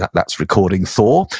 that's recalling thor.